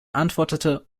antwortete